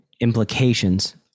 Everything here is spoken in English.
implications